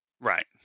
Right